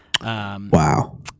Wow